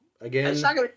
Again